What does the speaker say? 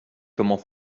comment